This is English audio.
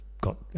got